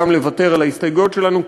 גם לוותר על ההסתייגויות שלנו,